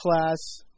class